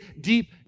deep